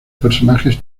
personajes